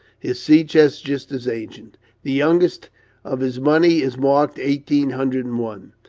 his sea chest's just as ancient the youngest of his money is marked eighteen hundred and one.